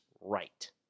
right